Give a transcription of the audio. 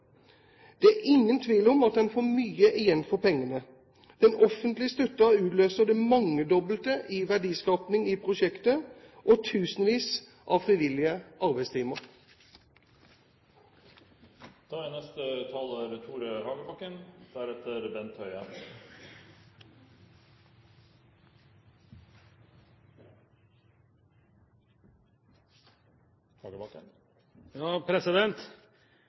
Det er ingen tvil om at en her får mye igjen for pengene. Den offentlige støtten utløser det mangedobbelte i verdiskaping i prosjektet og tusenvis av frivillige